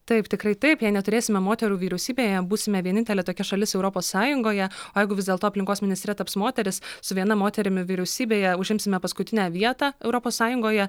taip tikrai taip jei neturėsime moterų vyriausybėje būsime vienintelė tokia šalis europos sąjungoje o jeigu vis dėlto aplinkos ministre taps moteris su viena moterimi vyriausybėje užimsime paskutinę vietą europos sąjungoje